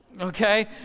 Okay